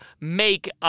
make